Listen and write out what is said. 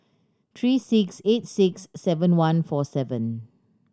three six eight six seven one four seven